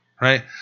Right